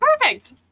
Perfect